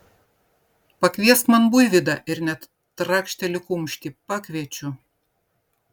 pakviesk man buivydą ir net trakšteli kumštį pakviečiu